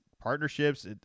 partnerships